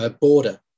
border